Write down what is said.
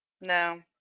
No